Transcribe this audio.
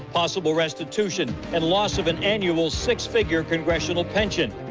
possible restitution. and loss of an annual six figure congressional petition,